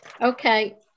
okay